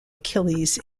achilles